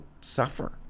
suffer